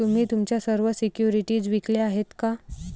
तुम्ही तुमच्या सर्व सिक्युरिटीज विकल्या आहेत का?